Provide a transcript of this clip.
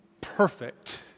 perfect